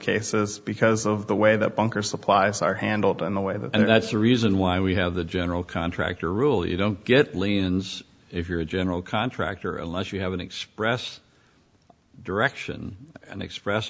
cases because of the way that bunker supplies are handled in a way that's the reason why we have the general contractor rule you don't get lean ins if you're a general contractor unless you have an express direction and express